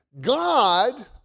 God